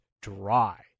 dry